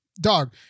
dog